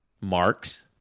marks